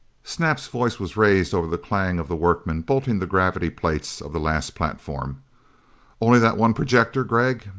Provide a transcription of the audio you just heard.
snap's voice was raised over the clang of the workmen bolting the gravity plates of the last platform only that one projector, gregg?